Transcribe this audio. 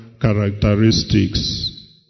characteristics